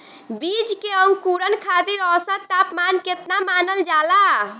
बीज के अंकुरण खातिर औसत तापमान केतना मानल जाला?